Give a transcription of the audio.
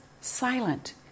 silent